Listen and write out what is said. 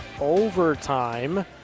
overtime